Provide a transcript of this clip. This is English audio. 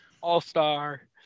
All-star